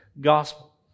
gospel